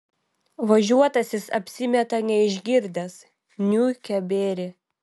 važiuotasis apsimeta neišgirdęs niūkia bėrį